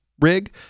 rig